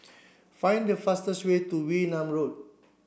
find the fastest way to Wee Nam Road